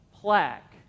plaque